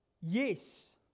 yes